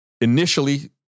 initially